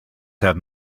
have